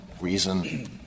reason —